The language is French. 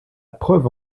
preuve